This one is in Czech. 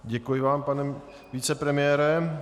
Děkuji vám, pane vicepremiére.